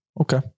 Okay